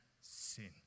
sin